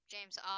James